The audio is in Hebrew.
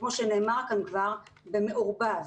כמו שנאמר כאן כבר, במעורבב.